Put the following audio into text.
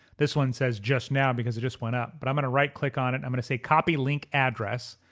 this one says just now because it just went up, but i'm gonna right-click on it i'm gonna say copy link address.